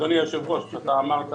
אדוני היושב-ראש, אמרת